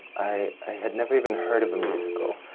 i had never even heard of a musical.